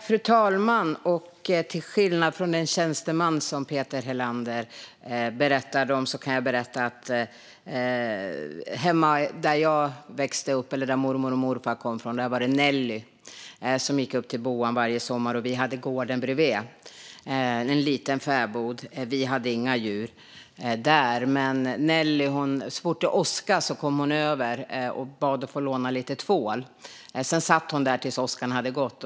Fru talman! Jag har andra erfarenheter än den tjänsteman som Peter Helander berättade om. Hemma där jag växte upp och där mormor och morfar kom från var det Nelly som gick upp till "boan" varje sommar. Vi hade gården bredvid. Det var en liten fäbod. Vi hade inga djur där. Så fort det åskade kom Nelly över och bad att få låna lite tvål. Sedan satt hon där tills åskan var över.